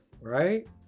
right